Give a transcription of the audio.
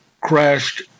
crashed